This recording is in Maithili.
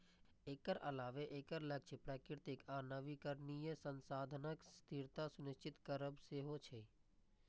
एकर अलावे एकर लक्ष्य प्राकृतिक आ नवीकरणीय संसाधनक स्थिरता सुनिश्चित करब सेहो छै